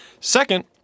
Second